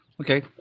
Okay